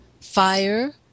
Fire